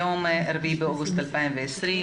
היום ה-4 באוגוסט 2020,